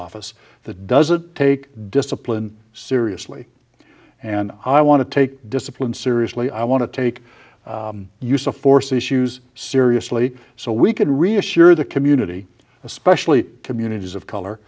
office that doesn't take discipline seriously and i want to take discipline seriously i want to take use of force issues seriously so we can reassure the community especially communities of color